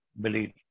Believe